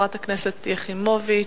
חברת הכנסת שלי יחימוביץ.